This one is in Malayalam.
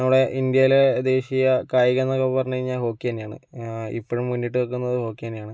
നമ്മളെ ഇന്ത്യയിലെ ദേശീയ കായികംന്നൊക്കെ പറഞ്ഞു കഴിഞ്ഞാൽ ഹോക്കിതന്നെയാണ് ഇപ്പോഴും മുന്നിട്ട് നിൽക്കുന്നത് ഹോക്കി തന്നെയാണ്